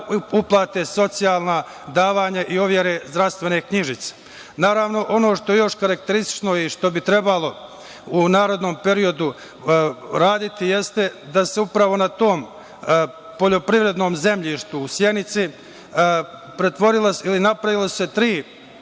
uplate socijalna davanja i overe zdravstvene knjižice. Naravno, ono što je još karakteristično i što bi trebalo u narednom periodu uraditi jeste da se upravo na tom poljoprivrednom zemljištu u Sjenici, napravljeno je tri